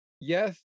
yes